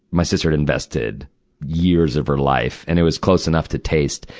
my sister'd invested years of her life. and it was close enough to taste.